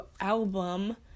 album